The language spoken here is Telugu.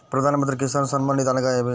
ప్రధాన మంత్రి కిసాన్ సన్మాన్ నిధి అనగా ఏమి?